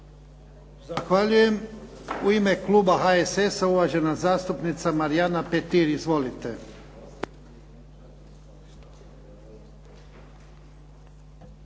Zahvaljujem. U ime kluba HSS-a uvažena zastupnica Marijana Petir. Izvolite.